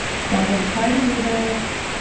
so i'm going to try to do this.